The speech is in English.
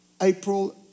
April